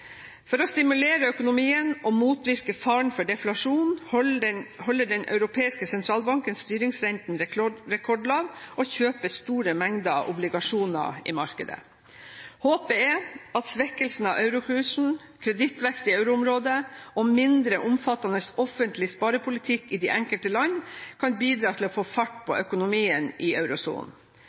For å stimulere økonomien og motvirke faren for deflasjon holder Den europeiske sentralbank styringsrenten rekordlav og kjøper store mengder obligasjoner i markedet. Håpet er at svekkelse av eurokursen, kredittvekst i euroområdet og mindre omfattende offentlig sparepolitikk i de enkelte land kan bidra til å få fart på økonomien i eurosonen.